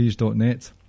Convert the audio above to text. net